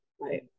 right